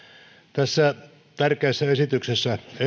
tässä tärkeässä esityksessä